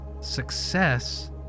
Success